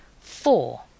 four